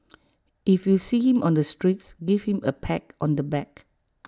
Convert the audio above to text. if you see him on the streets give him A pat on the back